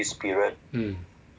mm